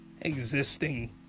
existing